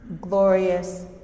glorious